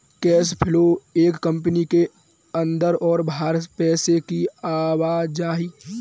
cash flow एक company के अंदर और बाहर पैसे की आवाजाही है